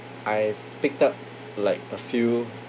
I've picked up like a few